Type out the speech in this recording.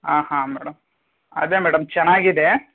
ಆಂ ಹಾಂ ಮೇಡಮ್ ಅದೇ ಮೇಡಮ್ ಚೆನ್ನಾಗಿದೆ